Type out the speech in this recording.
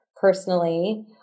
personally